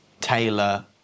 Taylor